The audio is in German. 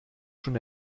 schon